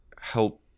help